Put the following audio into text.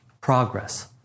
progress